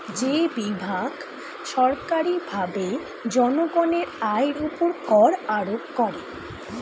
যে বিভাগ সরকারীভাবে জনগণের আয়ের উপর কর আরোপ করে